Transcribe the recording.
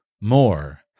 more